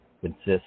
consists